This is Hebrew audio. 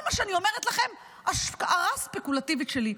כל מה שאני אומרת לכם זו השערה ספקולטיבית שלי: